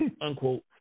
unquote